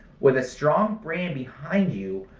with a strong brand behind you,